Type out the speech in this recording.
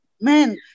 Man